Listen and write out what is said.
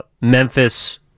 Memphis